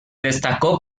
destacó